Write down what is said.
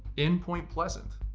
iin point pleasant,